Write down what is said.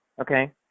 okay